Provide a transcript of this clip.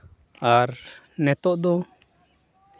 ᱟᱨ ᱱᱤᱛᱚᱜ ᱫᱚ